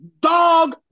dog